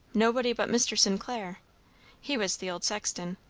nobody but mr. st. clair he was the old sexton.